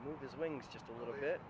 move its wings just a little bit